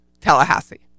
Tallahassee